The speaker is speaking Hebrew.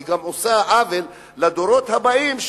היא גם עושה עוול לדורות הבאים,